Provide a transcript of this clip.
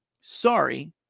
Sorry